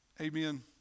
Amen